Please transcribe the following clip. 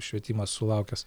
švietimas sulaukęs